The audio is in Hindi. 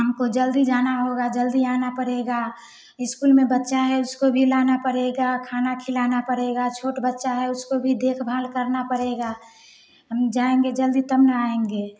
हम को जल्दी जाना होगा जल्दी आना पड़ेगा इस्कूल में बच्चा है उसको भी लाना पड़ेगा खाना खिलाना पड़ेगा छोट बच्चा है उसको भी देखभाल करना पड़ेगा हम जाएँगे जल्दी तब ना आएँगे